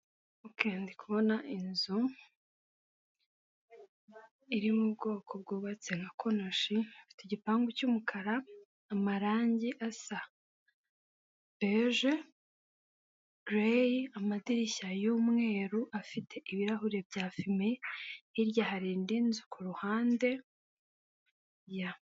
Oke ndikubona inzu iri mu bwoko bwubatse nka konoshi, ifite igipangu cy'umukara, amarangi asa beje, gureyi, amadirishya y'umweru afite ibirahuri bya fime, hirya hari indi nzu ku ruhande ya.